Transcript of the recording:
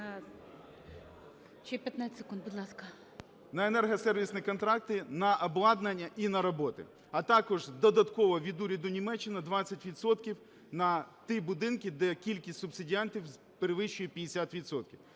…на енергосервісні контракти, на обладнання і на роботи, а також додатково від уряду Німеччини 20 відсотків на ті будинки, де кількість субсидіантів перевищує 50